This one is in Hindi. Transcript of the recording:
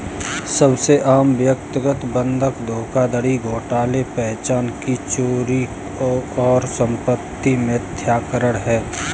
सबसे आम व्यक्तिगत बंधक धोखाधड़ी घोटाले पहचान की चोरी और संपत्ति मिथ्याकरण है